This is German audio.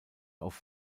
auf